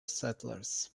settlers